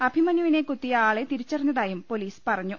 അഭിമന്യുവിനെ കുത്തിയ ആളെ തിരിച്ചറിഞ്ഞതായും പൊലീസ് പറഞ്ഞു